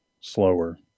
slower